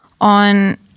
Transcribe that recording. on